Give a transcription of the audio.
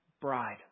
bride